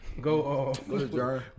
Go